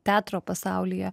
teatro pasaulyje